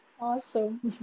awesome